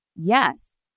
yes